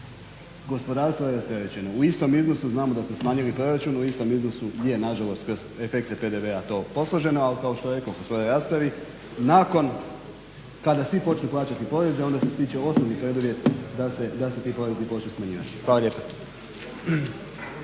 Gospodarstvo je rasterećeno. U istom iznosu znamo da smo smanjili proračun, u istom iznosu je nažalost kroz efekte PDV-a to posloženo, ali kao što rekoh u svojoj raspravi nakon, kada svi počnu plaćati poreze onda se stiče osnovni preduvjet da se ti porezi počnu smanjivati. Hvala lijepa.